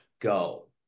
go